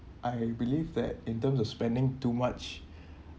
I believe that in terms of spending too much